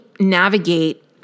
Navigate